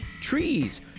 trees